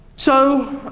so,